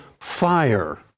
fire